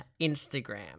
Instagram